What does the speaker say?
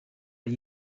ben